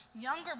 younger